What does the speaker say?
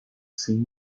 sem